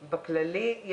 בכללי.